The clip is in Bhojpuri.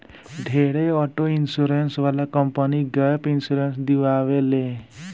ढेरे ऑटो इंश्योरेंस वाला कंपनी गैप इंश्योरेंस दियावे ले